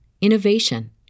innovation